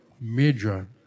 major